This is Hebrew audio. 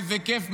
איזה כיף,